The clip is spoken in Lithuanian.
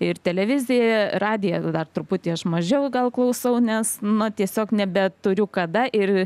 ir televizija radiją dar truputį aš mažiau gal klausau nes na tiesiog nebeturiu kada ir